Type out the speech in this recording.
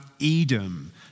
Edom